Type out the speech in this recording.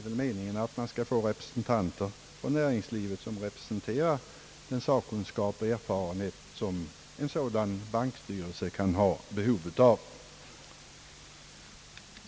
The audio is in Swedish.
Meningen är väl att man skall försöka få med i styrelsen personer från näringslivet som representerar den sakkunskap och erfarenhet som en sådan banks styrelse kan ha behov av.